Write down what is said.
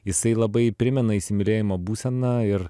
jisai labai primena įsimylėjimo būseną ir